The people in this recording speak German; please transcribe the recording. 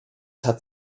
hat